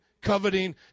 coveting